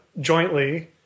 jointly